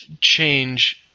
change